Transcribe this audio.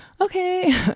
Okay